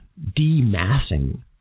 demassing